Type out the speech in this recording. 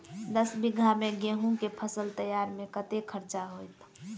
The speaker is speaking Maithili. दस बीघा मे गेंहूँ केँ फसल तैयार मे कतेक खर्चा हेतइ?